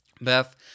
Beth